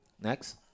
Next